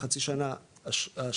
בחצי שנה השנייה,